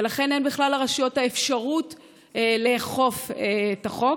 ולכן אין בכלל לרשויות את האפשרות לאכוף את החוק.